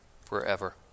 forever